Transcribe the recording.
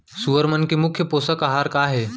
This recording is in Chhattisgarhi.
सुअर मन के मुख्य पोसक आहार का हे?